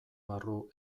barru